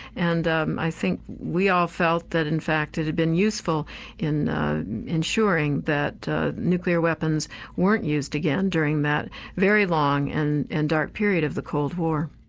and um i think we all felt that in fact it had been useful in ensuring that nuclear weapons weren't used again during that very long and and dark period of the cold war.